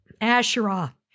Asherah